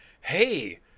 Hey